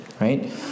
right